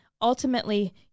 ultimately